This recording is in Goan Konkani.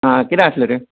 आं कितें आसलें रे